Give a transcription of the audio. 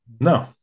No